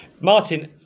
Martin